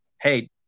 hey